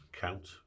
count